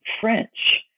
French